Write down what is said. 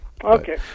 Okay